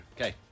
Okay